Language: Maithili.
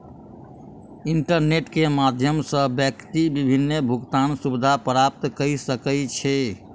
इंटरनेट के माध्यम सॅ व्यक्ति विभिन्न भुगतान सुविधा प्राप्त कय सकै छै